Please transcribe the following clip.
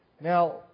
Now